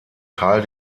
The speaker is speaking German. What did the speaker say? teil